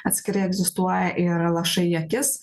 atskirai egzistuoja ir lašai į akis